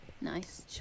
Nice